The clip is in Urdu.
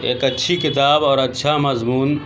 ایک اچھی کتاب اور اچھا مضمون